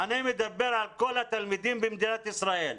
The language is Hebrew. אני מדבר על כל התלמידים במדינת ישראל,